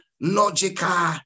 logical